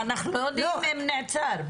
אנחנו לא יודעים האם זה נעצר,